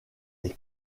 est